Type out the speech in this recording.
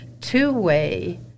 two-way